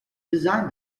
design